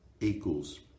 equals